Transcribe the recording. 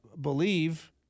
believe